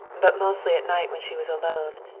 but mostly at night when she was alone,